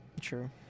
True